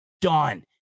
done